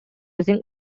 using